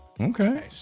okay